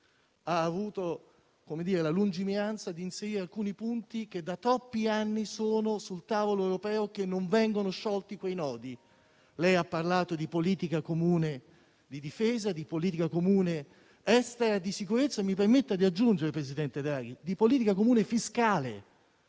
ha avuto la lungimiranza di inserire alcuni punti che da troppi anni sono sul tavolo europeo, nodi che non vengono sciolti. Lei ha parlato di politica comune di difesa, di politica comune estera e di sicurezza. Mi permetta di aggiungere, presidente Draghi, il riferimento alla politica comune fiscale,